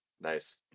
Nice